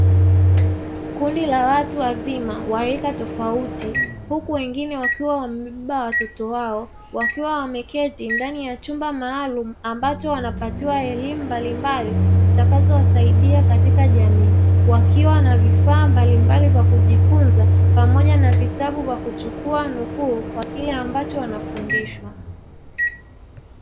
Kundi la watu wazima wa rika tofauti huku wengine wakiwa wamebeba watoto wao wakiwa wameketi ndani ya chumba maalumu ambacho wanapatiwa elimu mbalimbali zitakazo wasaidia katika jamii. Wakiwa na vifaa mbalimbali vya kujifunza pamoja na vitabu vya kuchukua nukuu kwa kile ambacho wanafundishwa.